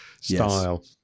style